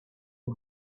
the